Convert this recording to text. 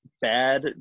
bad